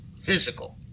physical